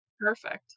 Perfect